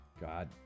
God